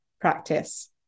practice